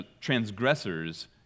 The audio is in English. transgressors